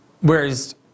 whereas